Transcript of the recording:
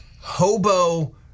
hobo